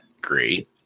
great